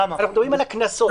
אנחנו מדברים על הקנסות.